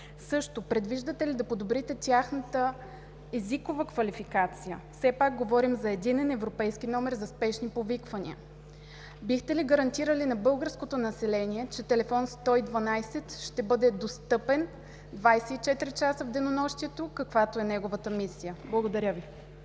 Предвиждате ли да подобрите тяхната езикова квалификация, все пак говорим за Единен европейски номер за спешни повиквания? Бихте ли гарантирали на българското население, че Телефон 112 ще бъде достъпен 24 часа в денонощието, каквато е неговата мисия? Благодаря Ви.